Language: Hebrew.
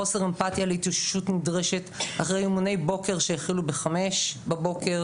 חוסר אמפטיה להתאוששות אחרי אימוני בוקר שהחלו בשעה 05:00,